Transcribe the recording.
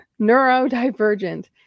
neurodivergent